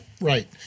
right